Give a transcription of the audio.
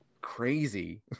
crazy